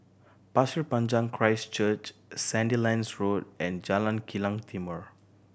Pasir Panjang Christ Church Sandilands Road and Jalan Kilang Timor